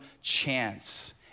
chance